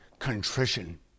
contrition